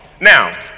Now